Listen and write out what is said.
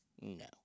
No